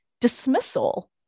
dismissal